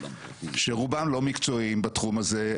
שרובם לא מקצועיים בתחום הזה,